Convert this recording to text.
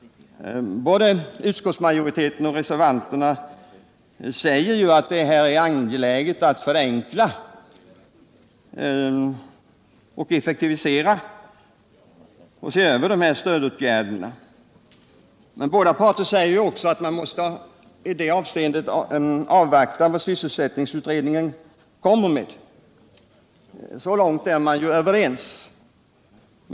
Både utskottsmajoriteten och reservanterna säger ju att det är angeläget att förenkla och effektivisera samt att se över stödåtgärderna. Men båda parter säger också att man i det avseendet måste avvakta vad sysselsättningsutredningen kommer med — så långt är man överens.